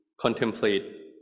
contemplate